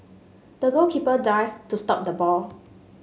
the goalkeeper dived to stop the ball